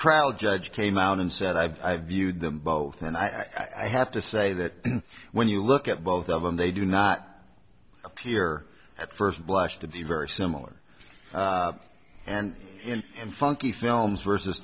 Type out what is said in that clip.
proud judge came out and said i've viewed them both and i have to say that when you look at both of them they do not appear at first blush to be very similar and in and funky films versus